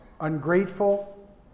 ungrateful